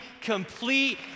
complete